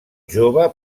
jove